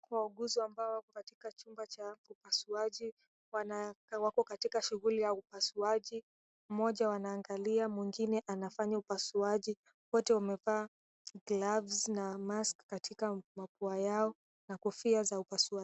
Wauguzi ambao wako katika chumba cha upasuaji, wako katika shughuli ya upasuaji, mmoja wanaangalia, mwengine anafanya upasuaji, wote wamevaa gl𝑜ves na mask katika mapua yao, na kofia za upasuaji.